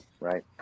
Right